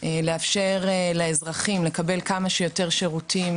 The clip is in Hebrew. לאפשר לאזרחים לקבל כמה שיותר שירותים